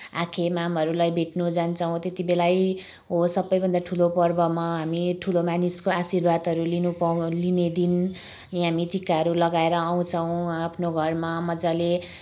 आखे मामहरूलाई भेट्न जान्छौँ त्यति बेलै हो सबैभन्दा ठुलो पर्वमा हामी ठुलो मानिसको आशिर्वादहरू लिन पाउ लिने दिन अनि हामी टिकाहरू लगाएर आउछौँ आफ्नो घरमा मजाले